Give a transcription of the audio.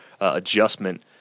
adjustment